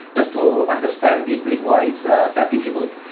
that's to understand deeply why is ah that difficult.